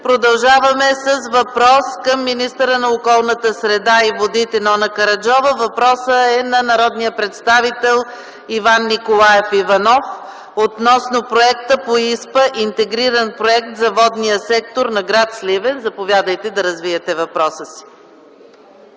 Продължаваме с въпрос към министъра на околната среда и водите Нона Караджова. Въпросът е от народния представител Иван Николаев Иванов относно проект по ИСПА – Интегриран проект за водния сектор на гр. Сливен. Заповядайте да развиете въпроса си.